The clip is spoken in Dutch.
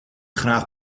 graag